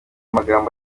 magambo